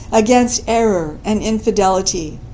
against error and infidelity.